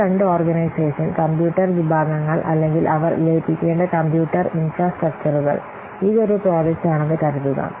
ഈ രണ്ട് organisation computer വിഭാഗങ്ങൾ അല്ലെങ്കിൽ അവർ ലയിപ്പിക്കേണ്ട കമ്പ്യൂട്ടർ ഇൻഫ്രാസ്ട്രക്ചറുകൾ ഇതൊരു പ്രോജക്റ്റാണെന്ന് കരുതുക